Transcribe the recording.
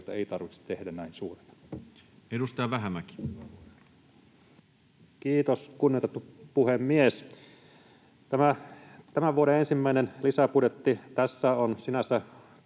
ei tarvitse tehdä näin suurina. Edustaja Vähämäki. Kiitos, kunnioitettu puhemies! Tässä tämän vuoden ensimmäisessä lisäbudjetissa on sinänsä